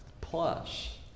plus